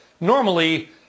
normally